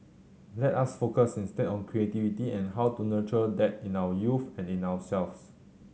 let us focus instead on creativity and how to nurture that in our youth and in ourselves